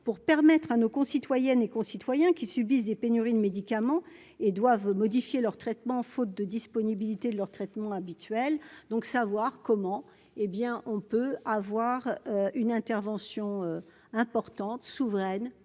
pour permettre à nos concitoyennes et concitoyens qui subissent des. Pénurie de médicaments et doivent modifier leur traitement, faute de disponibilité de leurs traitements habituels donc savoir comment hé bien, on peut avoir une intervention importante souveraine